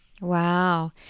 Wow